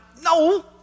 no